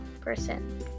person